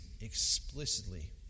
explicitly